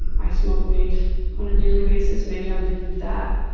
i smoke week on a daily basis. maybe i'm addicted to that?